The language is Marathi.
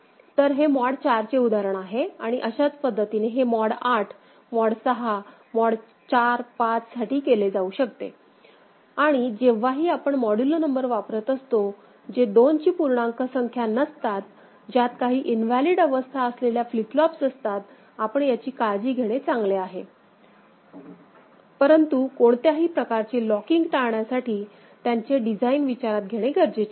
तर हे मॉड 4 चे उदाहरण आहे आणि अशाच पद्धतीने हे मॉड 8 मॉड 6 मॉड 4 5 साठी केले जाऊ शकते आणि जेव्हाही आपण मॉड्युलो नंबर वापरत असतो जे 2 ची पूर्णांक संख्या नसतात ज्यात काही इनव्हॅलिड अवस्था असलेल्या फ्लिप फ्लॉपस असतातआपण याची काळजी घेणे चांगले आहे परंतु कोणत्याही प्रकारचे लॉकिंग टाळण्यासाठी त्यांचे डिझाइन विचारात घेणे गरजेचे आहे